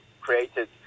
created